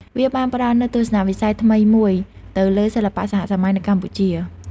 វាបានផ្តល់នូវទស្សនៈវិស័យថ្មីមួយទៅលើសិល្បៈសហសម័យនៅកម្ពុជា។